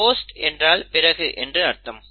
post என்றால் பிறகு என்று அர்த்தம்